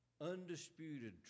undisputed